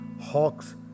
hawks